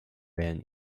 wählen